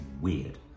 weird